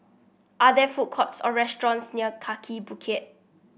are there food courts or restaurants near Kaki Bukit